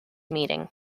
meeting